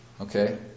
Okay